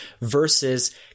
versus